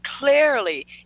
clearly